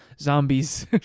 zombies